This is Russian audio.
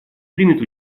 примет